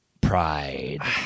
pride